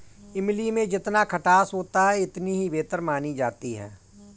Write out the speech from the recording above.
इमली में जितना खटास होता है इतनी ही बेहतर मानी जाती है